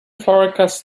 forecast